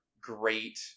great